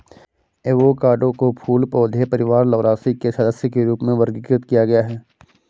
avocado को फूल पौधे परिवार लौरासी के सदस्य के रूप में वर्गीकृत किया गया है